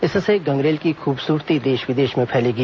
इससे गंगरेल की खूबसूरती देश विदेश में फैलेगी